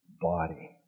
body